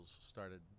started